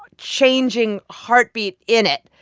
but changing heartbeat in it?